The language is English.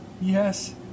Yes